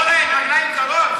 אורן, רגליים קרות?